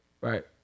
right